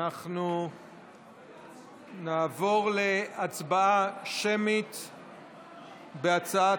אנחנו נעבור להצבעה שמית בהצעת,